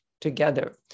together